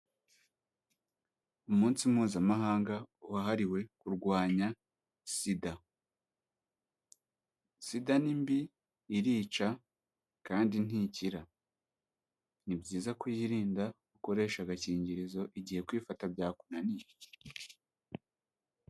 Umunsi mpuzamahanga wahariwe kurwanya Sida, Sida ni mbi, irica kandi ntikira, ni byiza kuyirinda ukoresha agakingirizo igihe kwifata byakunaniye.